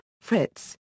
Fritz